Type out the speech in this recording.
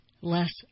less